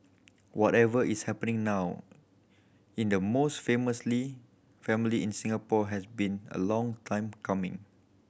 whatever is happening now in the most famous Lee family in Singapore has been a long time coming